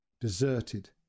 deserted